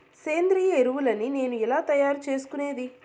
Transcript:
సేంద్రియ ఎరువులని నేను ఎలా తయారు చేసుకునేది?